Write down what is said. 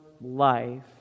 life